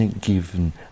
given